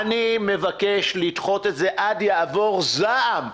אני מבקש לדחות את זה עד יעבור הזעם.